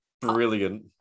Brilliant